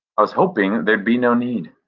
i was hoping there'd be no need.